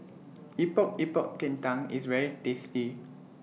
Epok Epok Kentang IS very tasty